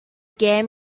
gave